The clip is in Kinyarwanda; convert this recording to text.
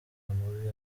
mubi